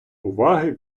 уваги